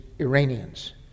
Iranians